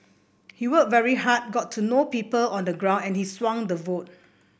he worked very hard got to know people on the ground and he swung the vote